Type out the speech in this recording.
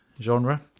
genre